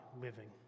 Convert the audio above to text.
living